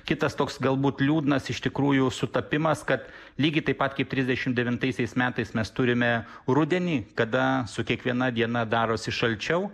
kitas toks galbūt liūdnas iš tikrųjų sutapimas kad lygiai taip pat kaip trisdešim devintaisiais metais mes turime rudenį kada su kiekviena diena darosi šalčiau